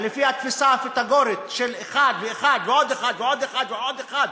לפי התפיסה הפיתגורית של אחד ואחד ועוד אחד ועוד אחד ועוד אחד,